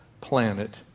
planet